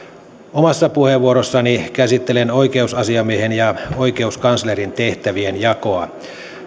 omassa puheenvuorossani käsittelen oikeusasiamiehen ja oikeuskanslerin tehtävien jakoa